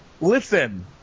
listen